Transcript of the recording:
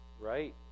Right